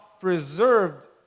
preserved